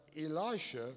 Elisha